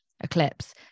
eclipse